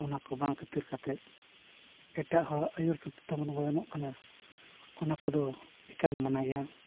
ᱚᱱᱟ ᱠᱚ ᱵᱟᱝ ᱠᱷᱟᱹᱛᱤᱨ ᱠᱟᱛᱮᱫ ᱮᱴᱟᱜ ᱦᱚᱲᱟᱜ ᱟᱹᱭᱩᱨ ᱥᱩᱛᱩᱜ ᱛᱮᱵᱚᱱ ᱜᱚᱭᱚᱱᱚᱜ ᱠᱟᱱᱟ ᱚᱱᱟ ᱠᱚᱫᱚ ᱮᱠᱟᱞ ᱢᱟᱱᱟ ᱜᱮᱭᱟ